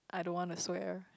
I don't wanna swear